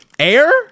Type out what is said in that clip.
Air